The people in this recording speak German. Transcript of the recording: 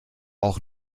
auch